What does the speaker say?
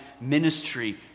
Ministry